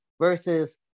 versus